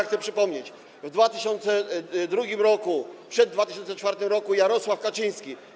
Chcę przypomnieć: w 2002 r., przed 2004 r. Jarosław Kaczyński.